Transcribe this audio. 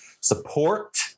support